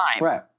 Right